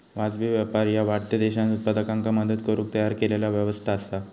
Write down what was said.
वाजवी व्यापार ह्या वाढत्या देशांत उत्पादकांका मदत करुक तयार केलेला व्यवस्था असा